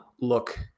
look